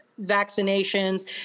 vaccinations